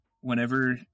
whenever